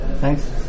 Thanks